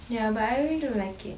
ya but I really don't like it